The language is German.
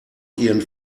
ihren